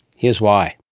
here's why.